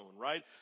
Right